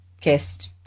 kissed